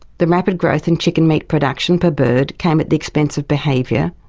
the rapid growth in chicken meat production per bird came at the expense of behaviour,